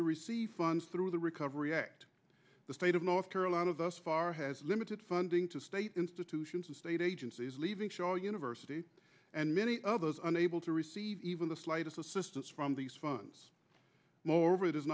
to receive funds through the recovery act the state of north carolina thus far has limited funding to state institutions and state agencies leaving shaw university and many of those unable to receive even the slightest assistance from these funds moreover it is